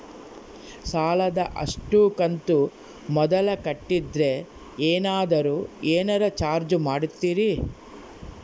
ಸಾಲದ ಅಷ್ಟು ಕಂತು ಮೊದಲ ಕಟ್ಟಿದ್ರ ಏನಾದರೂ ಏನರ ಚಾರ್ಜ್ ಮಾಡುತ್ತೇರಿ?